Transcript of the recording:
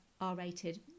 R-rated